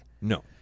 No